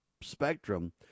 spectrum